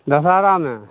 दशहारामे